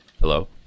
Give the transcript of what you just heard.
Hello